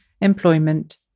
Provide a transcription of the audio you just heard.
employment